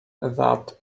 that